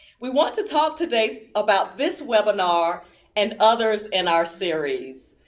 we want to talk today about this webinar and others in our series.